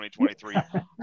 2023